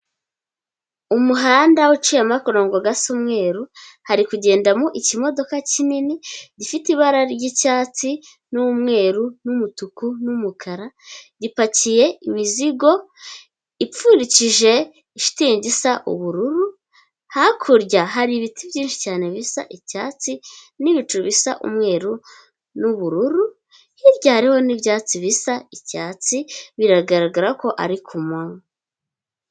Umuhanda uciyemo akorongo gasa umweru hari kugendamo ikimodoka kinini gifite ibara ry'icyatsi n'umweru n'umutuku n'umukara, gipakiye imizigo ipfundikije shitingi isa ubururu, hakurya hari ibiti byinshi cyane bisa icyatsi n'ibicu bisa umweru n'ubururu, hirya hariho n'ibyatsi bisa icyatsi, biragaragara ko ari ku manywa.